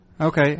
okay